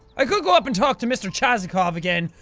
i could go up and talk to mr. chazacof again,